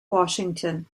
washington